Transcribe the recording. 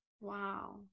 wow